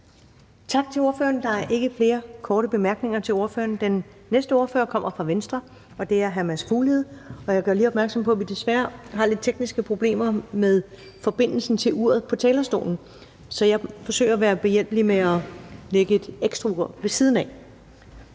Tak til ordføreren. Der er ikke flere korte bemærkninger til ordføreren. Den næste ordfører kommer fra Venstre, og det er hr. Mads Fuglede. Jeg gør lige opmærksom på, at vi desværre har lidt tekniske problemer med forbindelsen til uret på talerstolen, så jeg forsøger at være behjælpelig ved at lægge et ekstra ur ved siden af.